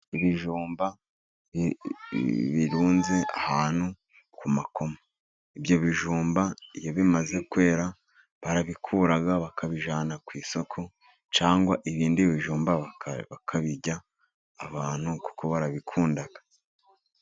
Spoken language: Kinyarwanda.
Ibijumba birunze ahantu ku makoma, ibyo bijumba iyo bimaze kwera barabikura bakabijyana ku isoko, cyangwa ibindi bijumba bakabirya, abantu kuko barabikunda.